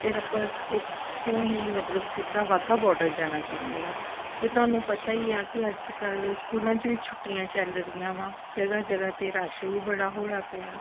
ਫਿਰ ਆਪਾਂ ਉੱਥੋਂ ਹੀ ਮਤਲਬ ਸਿੱਧਾ ਵਾਹਗਾ ਬਾਰਡਰ ਜਾਣਾ ਚਾਹੁੰਦੇ ਹਾਂ ਅਤੇ ਤੁਹਾਨੂੰ ਪਤਾ ਹੀ ਆ ਕਿ ਅੱਜ ਕੱਲ੍ਹ ਸਕੂਲਾਂ 'ਚ ਵੀ ਛੁੱਟੀਆਂ ਚੱਲ ਰਹੀਆਂ ਵਾਂ ਜਗ੍ਹਾ ਜਗ੍ਹਾ 'ਤੇ ਰਸ਼ ਵੀ ਬੜਾ ਹੋਇਆ ਪਿਆ